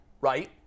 right